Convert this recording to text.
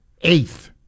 eighth